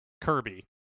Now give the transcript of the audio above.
Kirby